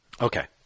Okay